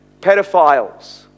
pedophiles